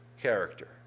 character